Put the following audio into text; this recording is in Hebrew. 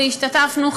והשתתפנו,